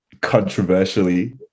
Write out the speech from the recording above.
controversially